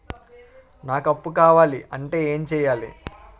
నాకు అప్పు కావాలి అంటే ఎం చేయాలి?